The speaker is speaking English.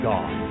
God